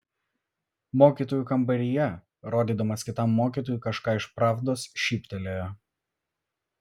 mokytojų kambaryje rodydamas kitam mokytojui kažką iš pravdos šyptelėjo